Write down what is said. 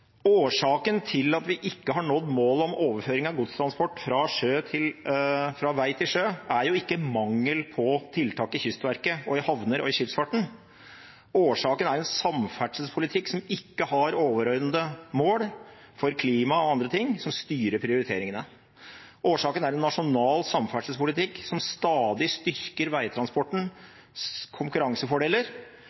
Årsaken til at vi ikke har nådd målet om overføring av godstransport fra vei til sjø, er jo ikke mangel på tiltak i Kystverket, i havner og i skipsfarten. Årsaken er en samferdselspolitikk som ikke har overordnede mål for klima og andre ting som styrer prioriteringene. Årsaken er en nasjonal samferdselspolitikk som stadig styrker veitransportens konkurransefordeler